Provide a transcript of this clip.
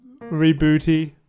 rebooty